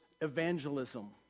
evangelism